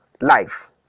life